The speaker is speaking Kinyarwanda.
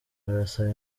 barasaba